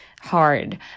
hard